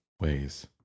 ways